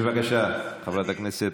בבקשה, חברת הכנסת.